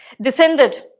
descended